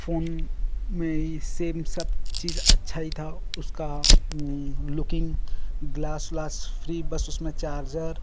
phone में ही same सब चीज अच्छा ही था उसका लुकिंग ग्लास व्लास फ्री बस उस में चार्जर